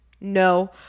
No